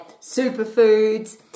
superfoods